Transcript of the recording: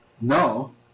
No